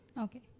Okay